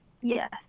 Yes